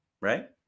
Right